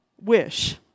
wish